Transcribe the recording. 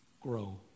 grow